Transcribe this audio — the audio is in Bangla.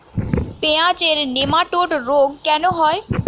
পেঁয়াজের নেমাটোড রোগ কেন হয়?